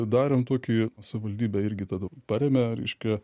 darėm tokį savivaldybė irgi tada parėmė reiškia